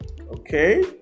Okay